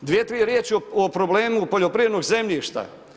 Dvije, tri riječi o problemu poljoprivrednog zemljišta.